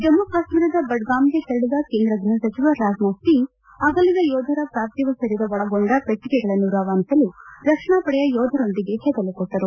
ಜಮ್ಮ ಕಾಶ್ಮೀರದ ಬಡ್ಗಾಮ್ಗೆ ತೆರಳಿದ ಕೇಂದ್ರ ಗೃಹ ಸಚಿವ ರಾಜ್ನಾಥ್ ಸಿಂಗ್ ಅಗಲಿದ ಯೋಧರ ಪಾರ್ಥಿವ ಶರೀರ ಒಳಗೊಂಡ ಪೆಟ್ಟಿಗೆಗಳನ್ನು ರವಾನಿಸಲು ರಕ್ಷಣಾ ಪಡೆಯ ಯೋಧರೊಂದಿಗೆ ಹೆಗಲು ಕೊಟ್ಟರು